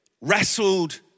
wrestled